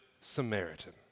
Samaritan